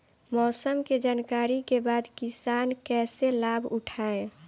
मौसम के जानकरी के बाद किसान कैसे लाभ उठाएं?